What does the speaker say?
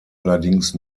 allerdings